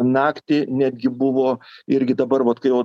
naktį netgi buvo irgi dabar vat kai